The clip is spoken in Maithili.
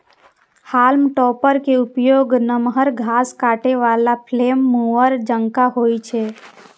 हाल्म टॉपर के उपयोग नमहर घास काटै बला फ्लेम मूवर जकां होइ छै